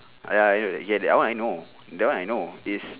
ah ya okay okay that one I know that one I know is